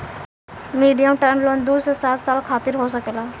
medium term loan दू से सात साल खातिर हो सकेला